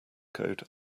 code